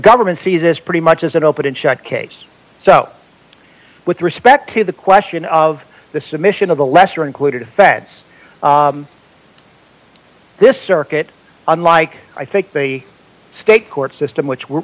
government sees as pretty much as an open and shut case so with respect to the question of the submission of the lesser included offense this circuit unlike i think the state court system which were